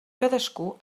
cadascú